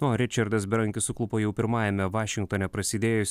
o ričardas berankis suklupo jau pirmajame vašingtone prasidėjus